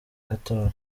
qatar